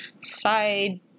side